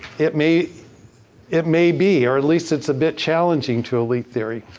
it may it may be or at least it's a bit challenging to elite theory.